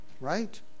right